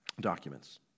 documents